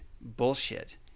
bullshit